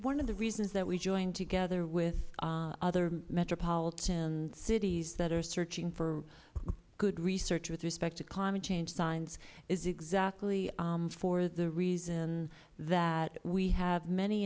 one of the reasons that we joined together with other metropolitan cities that are searching for good research with respect to climate change signs is exactly for the reason that we